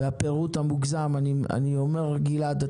והפירוט המוגזם אני אומר גלעד,